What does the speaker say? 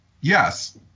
yes